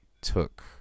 took